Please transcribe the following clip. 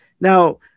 Now